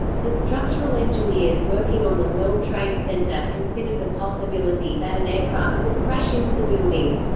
the structural engineers working on the world trade center considered the possibility that an aircraft could crash into the building.